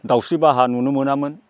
दाउस्रि बाहा नुनो मोनामोन